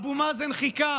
אבו מאזן חיכה,